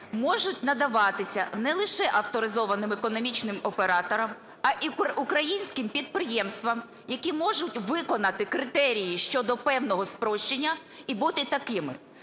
можуть надаватися не лише авторизованим економічним оператором, а і українським підприємствам, які можуть виконати критерії щодо певного спрощення, і бути такими.